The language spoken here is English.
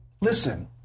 listen